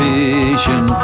vision